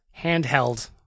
handheld